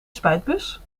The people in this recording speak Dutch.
spuitbus